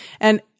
And-